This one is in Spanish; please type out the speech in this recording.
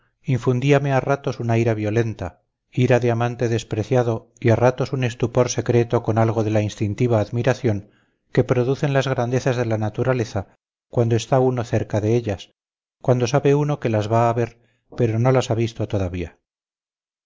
propio infundíame a ratos una ira violenta ira de amante despreciado y a ratos un estupor secreto con algo de la instintiva admiración que producen las grandezas de la naturaleza cuando está uno cerca de ellas cuando sabe uno que las va a ver pero no las ha visto todavía